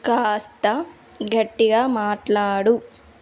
కాస్త గట్టిగా మాట్లాడు